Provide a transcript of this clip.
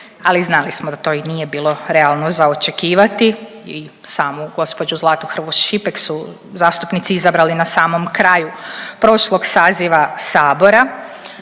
ali znali smo da i to nije bilo realno za očekivati i samu gospođu Zlatu Hrvoj Šipek su zastupnici izabrali na samom kraju prošlog saziva sabora.